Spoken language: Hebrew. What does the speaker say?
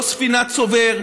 לא ספינת צובר,